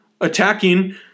attacking